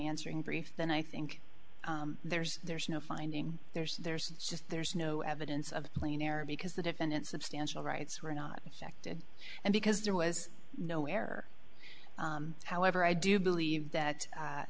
answering brief then i think there's there's no finding there's there's just there's no evidence of plain error because the defendant substantial rights were not affected and because there was no error however i do believe that